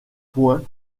points